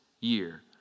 year